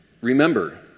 remember